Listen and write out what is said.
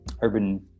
urban